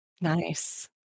Nice